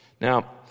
Now